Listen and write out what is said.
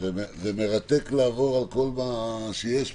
זה מרתק לעבור על כל מה שיש פה.